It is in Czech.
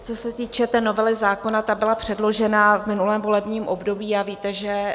Co se týče té novely zákona, ta byla předložena v minulém volebním období a víte, že...